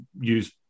use